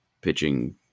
pitching